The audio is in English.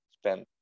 spend